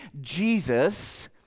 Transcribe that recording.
Jesus